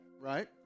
right